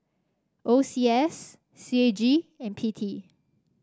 O C S C A G and P T